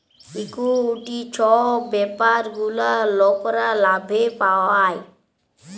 equity ছব ব্যাপার গুলা লকরা লাভে পায়